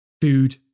food